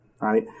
right